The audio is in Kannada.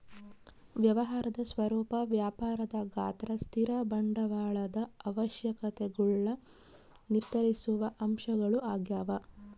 ವ್ಯವಹಾರದ ಸ್ವರೂಪ ವ್ಯಾಪಾರದ ಗಾತ್ರ ಸ್ಥಿರ ಬಂಡವಾಳದ ಅವಶ್ಯಕತೆಗುಳ್ನ ನಿರ್ಧರಿಸುವ ಅಂಶಗಳು ಆಗ್ಯವ